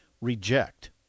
Reject